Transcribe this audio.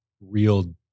real